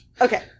Okay